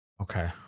Okay